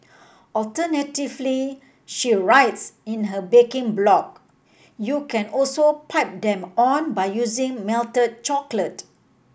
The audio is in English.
alternatively she writes in her baking blog you can also pipe them on by using melted chocolate